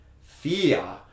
fear